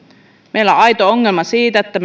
meillä on aito ongelma siitä että